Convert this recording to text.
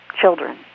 children